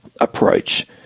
approach